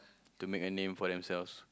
to make a name for themselves